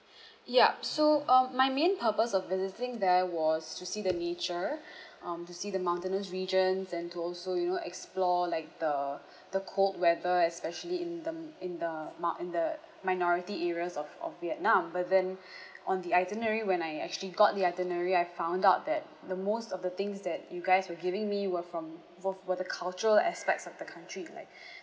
yup so uh my main purpose of visiting there was to see the nature um to see the mountainous regions and to also you know explore like the the cold weather especially in the m~ in the mou~ in the minority areas of of vietnam but then on the itinerary when I actually got the itinerary I found out that the most of the things that you guys were giving me were from were were the cultural aspects of the country like